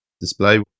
display